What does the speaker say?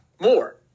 more